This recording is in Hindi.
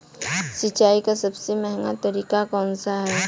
सिंचाई का सबसे महंगा तरीका कौन सा है?